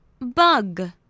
bug